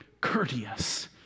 courteous